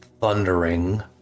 thundering